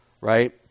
right